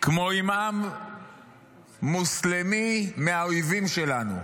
כמו אימאם מוסלמי מהאויבים שלנו.